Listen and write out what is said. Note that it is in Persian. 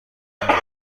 رختکن